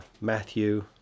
Matthew